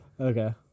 Okay